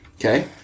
okay